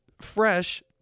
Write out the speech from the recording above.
fresh